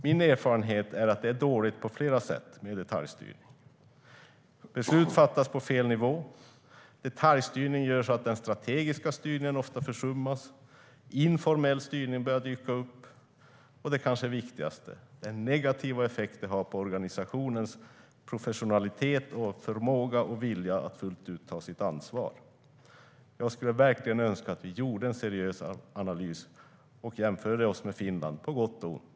Min erfarenhet är att detaljstyrning är dåligt på flera sätt. Beslut fattas på fel nivå, den strategiska styrningen försummas ofta, informell styrning börjar dyka upp och - det kanske viktigaste - det har en negativ effekt på organisationens professionalitet och dess förmåga och vilja att ta sitt ansvar fullt ut. Jag skulle verkligen önska att vi gjorde en seriös analys och jämförde oss med Finland, på gott och ont.